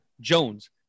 Jones